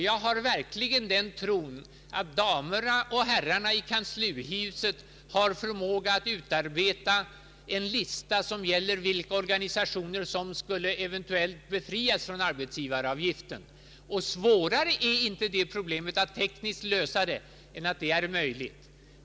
Jag har verkligen den tron att damerna och herrarna i kanslihuset har förmåga att utarbeta en lista över de organisationer som eventuellt skulle befrias från arbetsgivaravgiften. Det är möjligt att lösa det problemet tekniskt.